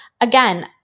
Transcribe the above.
again